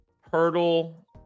Hurdle